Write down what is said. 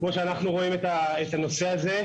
כמו שאנחנו רואים את הנושא הזה,